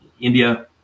india